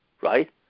right